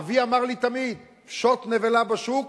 אבי אמר לי תמיד: פשוט נבלה בשוק